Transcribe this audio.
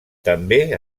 també